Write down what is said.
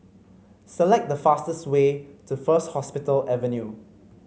select the fastest way to First Hospital Avenue